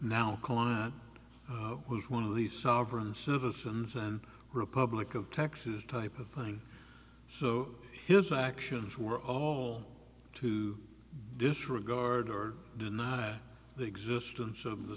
it was one of the sovereign citizens and republic of texas type of thing so here's actions were all to disregard or deny the existence of the